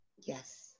Yes